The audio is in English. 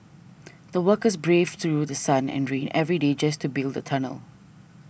the workers braved through sun and rain every day just to build the tunnel